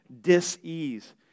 dis-ease